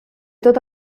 tot